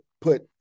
put